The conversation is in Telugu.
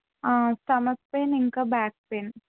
స్టమక్ పెయిన్ ఇంకా బ్యాక్ పెయిన్